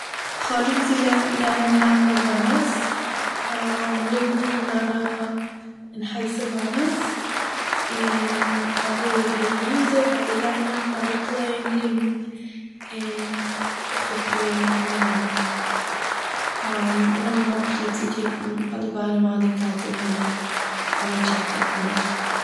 כ'האב ליב צו לע- נעמען לאנגע וואנעס, ליגן אין די וואנע, אין הייסע וואנעס, און אדער הערן מיוזיק אדער ליינען אדער פלעין ליגן און זיך אפרוהען אין די וואנע. נאכדעם האב איך ליב צו טרינקען אדער ווארעמע אדער קאלטע מילעך אדער טשאקלאד מילעך